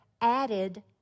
added